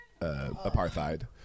apartheid